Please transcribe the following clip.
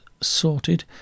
sorted